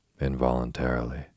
involuntarily